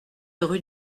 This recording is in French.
rue